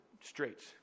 straits